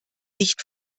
nicht